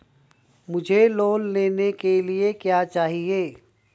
मुझे लोन लेने के लिए क्या चाहिए?